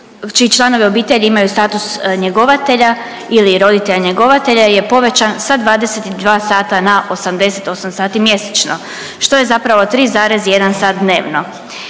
čiji članovi obitelji imaju status njegovatelja ili roditelja njegovatelja je povećan sa 22 sata na 88 sati mjesečno, što je zapravo 3,1 sat dnevno